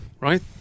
Right